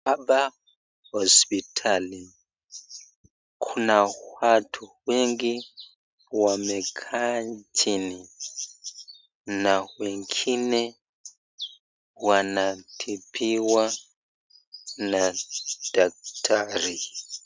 Hapa hosiptali, kuna watu wengi wamekaa chini, na wengine wanatibiwa na daktari.